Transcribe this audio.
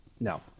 No